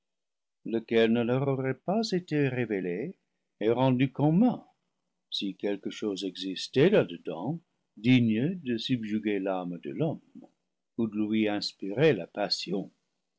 lequel ne leur aurait pas été révélé et rendu commun si quelque chose existait là dedans digne de subjuguer l'âme de l'homme ou de lui inspirer la passion